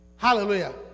Hallelujah